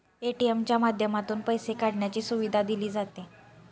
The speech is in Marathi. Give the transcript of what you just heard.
ए.टी.एम च्या माध्यमातून पैसे काढण्याची सुविधा दिली जाते